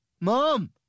Mom